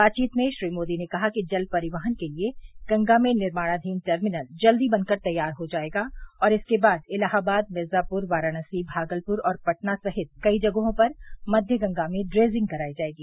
बातवीत में श्री मोदी ने कहा कि जल परिवहन के लिए गंगा में निर्माणाधीन टर्मिनल जल्द बनकर तैयार हो जायेगा और इसके बाद इलाहाबाद भिर्जापुर वाराणसी भागलपुर और पटना सहित कई जगहों पर मध्य गंगा में ड्रेजिंग कराई जायेगी